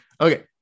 Okay